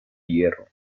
hierro